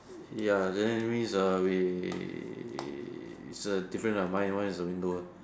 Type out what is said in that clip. ya that means err we is a different lah my one is a window